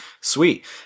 Sweet